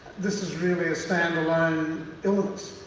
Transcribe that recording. this is really a standalone illness,